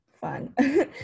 fun